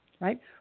right